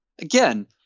Again